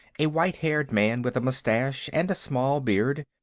a white-haired man with a mustache and a small beard,